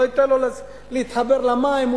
לא ייתן לו להתחבר למים,